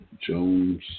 Jones